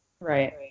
Right